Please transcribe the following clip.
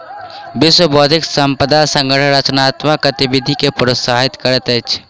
विश्व बौद्धिक संपदा संगठन रचनात्मक गतिविधि के प्रोत्साहित करैत अछि